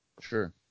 Sure